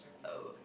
oh